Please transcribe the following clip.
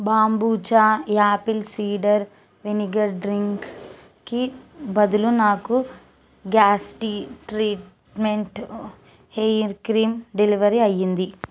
బాంబుచా apple cider vinegar డ్రింక్కి బదులు నాకు గ్యాస్టి ట్రీట్మెంట్ హెయిర్ క్రీం డెలివర్ అయ్యింది